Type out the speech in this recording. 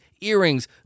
earrings